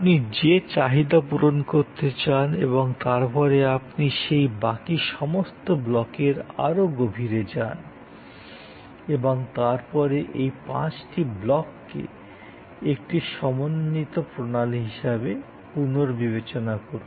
আপনি যে চাহিদা পূরণ করতে চান এবং তারপরে আপনি সেই বাকি সমস্ত ব্লকের আরও গভীরে যান এবং তারপরে এই পাঁচটি ব্লককে একটি সমন্বিত প্রণালী হিসাবে পুনর্বিবেচনা করুন